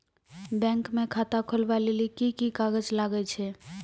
Bank म खाता खोलवाय लेली की की कागज लागै छै?